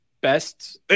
best